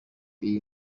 iyi